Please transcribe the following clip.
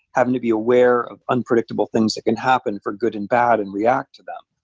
having to be aware of unpredictable things that can happen, for good and bad, and react to them.